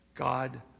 God